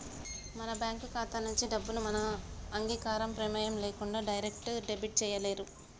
మన బ్యేంకు ఖాతా నుంచి డబ్బుని మన అంగీకారం, ప్రెమేయం లేకుండా డైరెక్ట్ డెబిట్ చేయలేరు